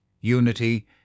unity